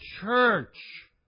church